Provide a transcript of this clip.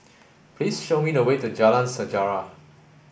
please show me the way to Jalan Sejarah